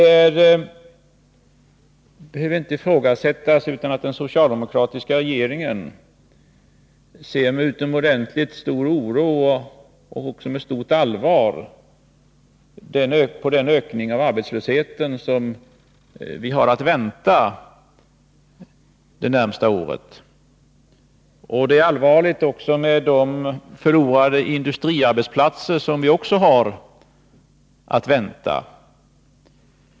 Det behöver inte ifrågasättas att den socialdemokratiska regeringen med utomordentligt stor oro och också med stort allvar ser på den ökning av arbetslösheten som vi har att vänta det närmaste året. Regeringen ser också allvarligt på den förlust av industriarbetsplatser som vi har att vänta.